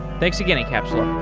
thanks again, incapsula